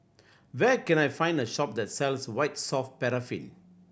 where can I find the shop that sells White Soft Paraffin